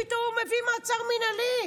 פתאום הוא מביא מעצר מינהלי.